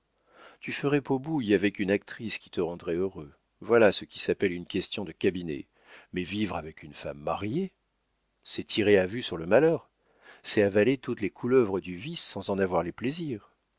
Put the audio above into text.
tu ferais pot bouille avec une actrice qui te rendrait heureux voilà ce qui s'appelle une question de cabinet mais vivre avec une femme mariée c'est tirer à vue sur le malheur c'est avaler toutes les couleuvres du vice sans en avoir les plaisirs